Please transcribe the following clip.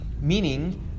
Meaning